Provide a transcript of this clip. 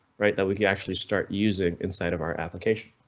right that we can actually start using inside of our application.